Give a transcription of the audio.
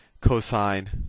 cosine